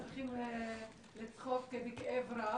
צריכים לצחוק בכאב רב.